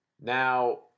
Now